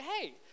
hey